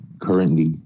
currently